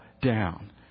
down